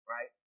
Right